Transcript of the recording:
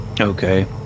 Okay